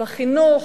בחינוך.